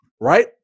right